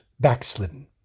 backslidden